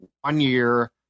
one-year